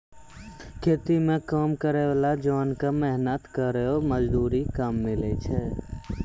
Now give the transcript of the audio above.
खेती म काम करै वाला जोन क मेहनत केरो मजदूरी कम मिलै छै